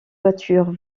voitures